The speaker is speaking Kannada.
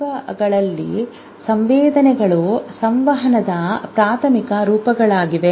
ಕಶೇರುಕಗಳಲ್ಲಿ ಸಂವೇದನೆಗಳು ಸಂವಹನದ ಪ್ರಾಥಮಿಕ ರೂಪಗಳಾಗಿವೆ